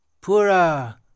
...pura